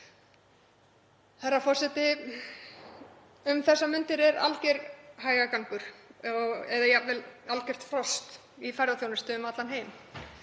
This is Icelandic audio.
þá. Herra forseti. Um þessar mundir er hægagangur eða jafnvel algjört frost í ferðaþjónustu um allan heim.